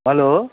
hello